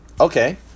Okay